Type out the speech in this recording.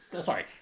sorry